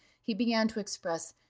he began to express,